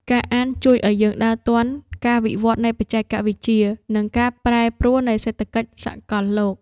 ការអានជួយឱ្យយើងដើរទាន់ការវិវឌ្ឍនៃបច្ចេកវិទ្យា និងការប្រែប្រួលនៃសេដ្ឋកិច្ចសកលលោក។